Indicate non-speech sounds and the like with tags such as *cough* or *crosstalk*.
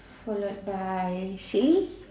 *breath* followed by silly